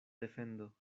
defendo